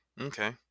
Okay